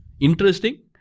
interesting